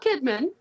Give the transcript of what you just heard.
Kidman